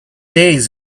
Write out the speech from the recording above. days